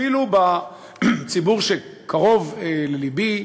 אפילו בציבור שקרוב ללבי,